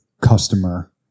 customer